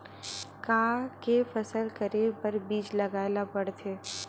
का के फसल करे बर बीज लगाए ला पड़थे?